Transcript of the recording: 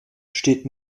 steht